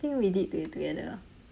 I think we did to~ together ah